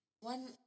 One